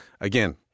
again